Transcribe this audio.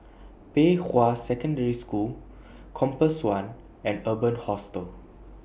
Pei Hwa Secondary School Compass one and Urban Hostel